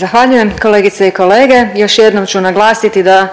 Zahvaljujem. Kolegice i kolege. Još jednom ću naglasiti da